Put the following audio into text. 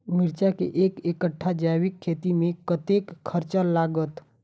मिर्चा केँ एक कट्ठा जैविक खेती मे कतेक खर्च लागत?